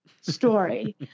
story